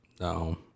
No